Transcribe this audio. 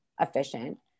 efficient